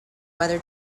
whether